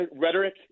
rhetoric